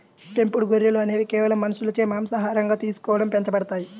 పెంపుడు గొర్రెలు అనేవి కేవలం మనుషులచే మాంసాహారంగా తీసుకోవడం పెంచబడతాయి